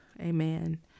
Amen